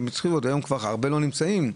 היום כבר הרבה לא נמצאים,